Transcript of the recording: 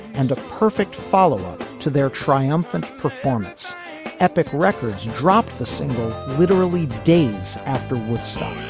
and a perfect follow up to their triumphant performance epic records dropped the single literally days after woodstock